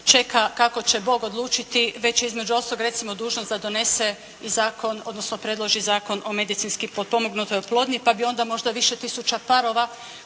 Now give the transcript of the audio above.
čeka kako će Bog odlučiti već između ostaloga recimo dužnost da donese i zakon, odnosno predloži Zakon o medicinski potpomognutoj oplodnji pa bi onda možda više tisuća parova